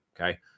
okay